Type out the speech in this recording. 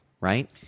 right